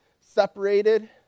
separated